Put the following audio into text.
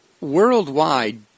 worldwide